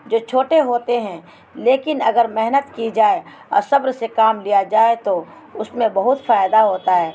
جو چھوٹے ہوتے ہیں لیکن اگر محنت کی جائے اور صبر سے کام لیا جائے تو اس میں بہت فائدہ ہوتا ہے